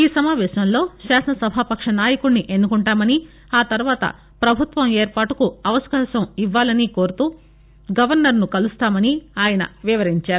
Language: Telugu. ఈ సమావేశంలోనే శాసనసభాపక్ష నాయకుడిని ఎన్నుకుంటామని ఆ తర్వాత పభుత్వం ఏర్పాటుకు అవకాశమివ్వాలని కోరుతూ గవర్నరును కలుస్తామని ఆయన వివరించారు